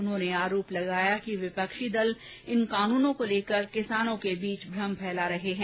उन्होंने आरोप लगाया कि विपक्षी दल इन कानूनों को लेकर किसानों के बीच भ्रम फैला रहे हैं